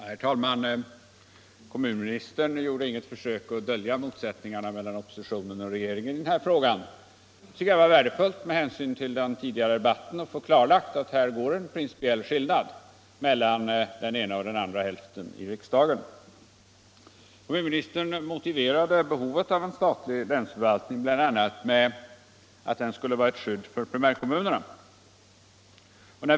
Herr talman! Kommunministern gjorde inget försök att dölja motsättningarna mellan oppositionen och regeringen i den här frågan. Med hänsyn till den tidigare debatten tycker jag det var värdefullt att få klarlagt att det här finns en principiell skillnad mellan den ena och den andra hälften i riksdagen. Kommunministern motiverade behovet av en statlig länsförvaltning bl.a. med att den skulle vara ett skydd för primärkommunerna.